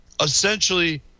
essentially